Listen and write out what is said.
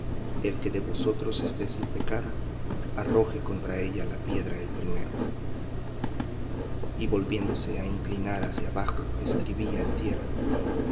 el que de vosotros esté sin pecado arroje contra ella la piedra el primero y volviéndose á inclinar hacia abajo escribía en tierra